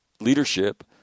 leadership